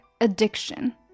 addiction